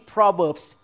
Proverbs